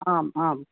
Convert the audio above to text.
आम् आम्